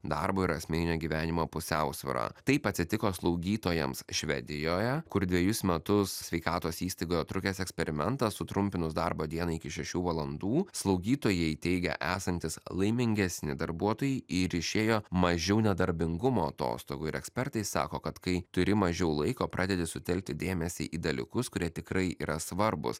darbo ir asmeninio gyvenimo pusiausvyra taip atsitiko slaugytojams švedijoje kur dvejus metus sveikatos įstaigoje trukęs eksperimentas sutrumpinus darbo dieną iki šešių valandų slaugytojai teigia esantys laimingesni darbuotojai ir išėjo mažiau nedarbingumo atostogų ir ekspertai sako kad kai turi mažiau laiko pradedi sutelkti dėmesį į dalykus kurie tikrai yra svarbūs